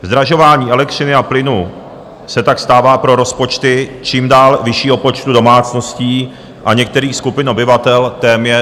Zdražování elektřiny a plynu se tak stává pro rozpočty čím dál vyššího počtu domácností a některých skupin obyvatel téměř devastačním.